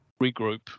regroup